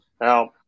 Now